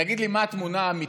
תגיד לי מה התמונה האמיתית,